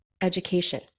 education